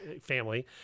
family